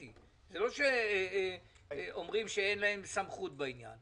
זה לא שאומרים שאין להם סמכות בעניין, יש סמכות.